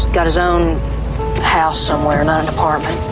got his own house somewhere, an ah an apartment,